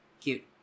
Cute